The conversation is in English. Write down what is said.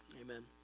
amen